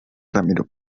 ramiro